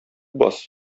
бас